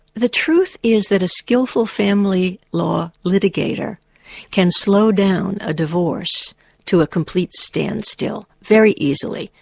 the truth is that a skilful family law litigator can slow down a divorce to a complete standstill, very easily,